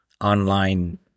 Online